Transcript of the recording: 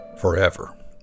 Forever